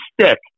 Stick